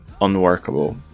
unworkable